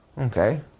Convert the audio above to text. Okay